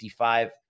55